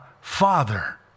Father